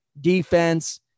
defense